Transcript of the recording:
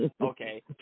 okay